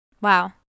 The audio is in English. Wow